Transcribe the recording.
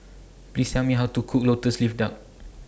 Please Tell Me How to Cook Lotus Leaf Duck